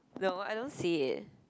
no I don't see it